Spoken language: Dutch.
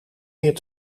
meer